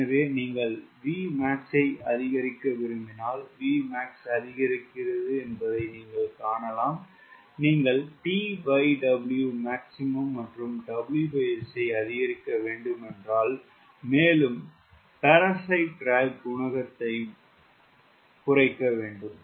எனவே நீங்கள் Vmax ஐ அதிகரிக்க விரும்பினால் Vmax அதிகரிக்கிறது என்பதை நீங்கள் காணலாம் நீங்கள் TW maximum மற்றும் WS ஐ அதிகரிக்க வேண்டும் என்றால் மேலும் பேராசிட் ட்ராக் குணகத்தையும் குறைக்க வேண்டும்